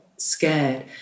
scared